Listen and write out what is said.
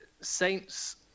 Saints